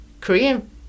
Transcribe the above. Korean